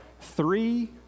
three